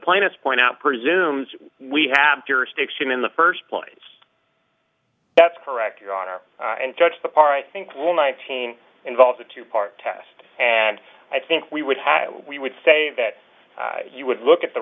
plainest point out presumes we have jurisdiction in the first place that's correct your honor and judge the part i think will nineteen involves a two part test and i think we would have we would say that you would look at the